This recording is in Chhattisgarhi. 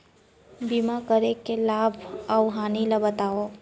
बीमा करे के लाभ अऊ हानि ला बतावव